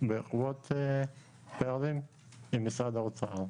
בעקבות פערים עם משרד האוצר.